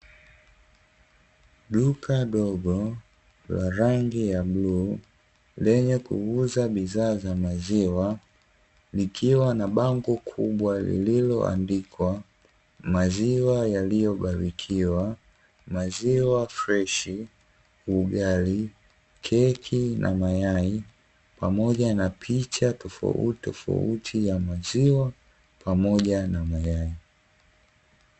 Duka dogo la rangi ya bluu lenye kuuza bidhaa za maziwa, likiwa na bango kubwa lilioandikwa, maziwa yaliyobarikiwa, maziwa freshi, ugali, keki na mayai, pamoja na picha tofauti tofauti ya maziwa pamoja na mayai.